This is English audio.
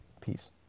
Peace